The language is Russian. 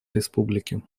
республики